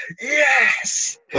Yes